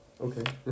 Okay